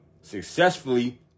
successfully